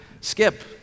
skip